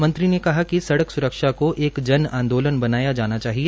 मंत्री ने कहा कि सड़क स्रक्षा को एक जन आंदोलन बनाना चाहिए